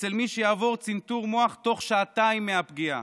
אצל מי שיעבור צנתור מוח תוך שעתיים מהפגיעה.